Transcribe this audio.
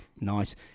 nice